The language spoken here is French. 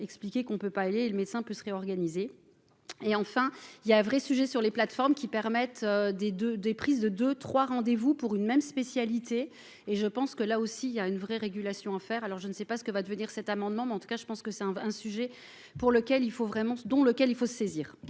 expliquer qu'on ne peut pas aller le médecin peut se réorganiser et enfin il y a un vrai sujet sur les plateformes qui permettent des de des prises de deux 3 rendez-vous pour une même spécialité et je pense que là aussi il y a une vraie régulation à faire, alors je ne sais pas ce que va devenir cet amendement mais en tout cas je pense que c'est un un sujet pour lequel il faut vraiment